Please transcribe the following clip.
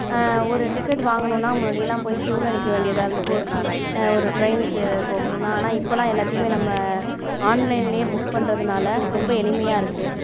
ஒரு டிக்கெட் வாங்கணும்ன்னா முன்னாடியெல்லாம் போய் க்யூவில் நிற்க வேண்டியதாக இருந்தது ஒரு ட்ரைன்க்கு போகுனும்ன்னா ஆனால் இப்போல்லாம் எல்லாத்தையுமே நம்ம ஆன்லைன்லையே புக் பண்ணுறதுனால ரொம்ப எளிமையாக இருக்கு